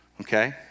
okay